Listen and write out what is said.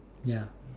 ya